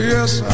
Yes